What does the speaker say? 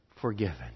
forgiven